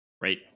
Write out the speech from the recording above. right